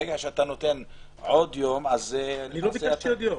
ברגע שאתה נותן עוד יום למעשה אתה --- אני לא ביקשתי עוד יום.